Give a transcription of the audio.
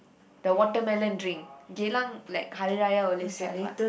the watermelon drink Geylang like Hari-Raya all these have what